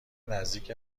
نزدیک